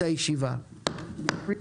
הישיבה ננעלה בשעה 13:16.